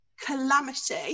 calamity